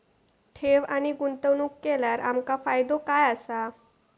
ठेव आणि गुंतवणूक केल्यार आमका फायदो काय आसा?